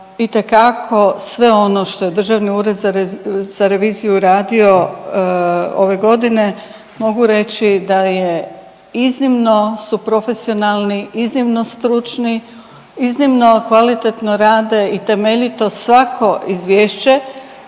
itekako sve ono što je Državni ured za reviziju radio ove godine mogu reći da je iznimno su profesionalni, iznimno stručni, iznimno kvalitetno rade i temeljito svako izvješće